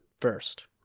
first